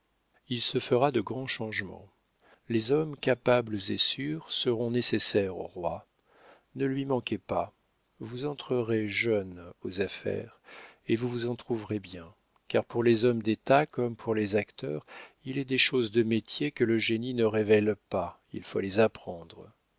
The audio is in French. il se fera de grands changements les hommes capables et sûrs seront nécessaires au roi ne lui manquez pas vous entrerez jeune aux affaires et vous vous en trouverez bien car pour les hommes d'état comme pour les acteurs il est des choses de métier que le génie ne révèle pas il faut les apprendre